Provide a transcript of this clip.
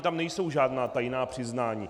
Tam nejsou žádná tajná přiznání.